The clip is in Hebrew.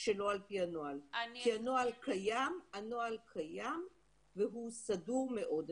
שלא על פי הנוהל כי הנוהל קיים והוא סדור מאוד.